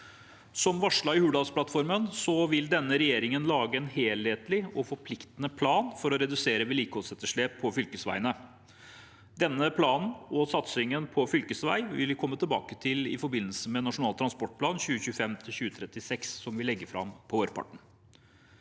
Som varslet i Hurdalsplattformen vil denne regjeringen lage en helhetlig og forpliktende plan for å redusere vedlikeholdsetterslepet på fylkesveiene. Denne planen og satsingen på fylkesvei vil vi komme tilbake til i forbindelse med Nasjonal transportplan 2025–2036, som vi legger fram på vårparten.